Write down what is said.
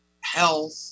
health